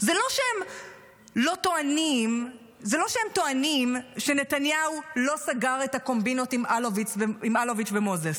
זה לא שהם טוענים שנתניהו לא סגר את הקומבינות עם אלוביץ' ומוזס,